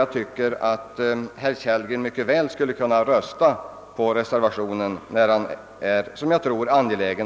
Jag ber att få yrka bifall till reservationen.